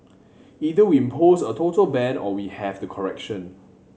either we impose a total ban or we have the correction